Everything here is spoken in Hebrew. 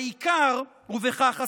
העיקר, ובכך אסיים,